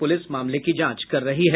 police मामले की जांच कर रही है